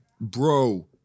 bro